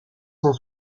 sont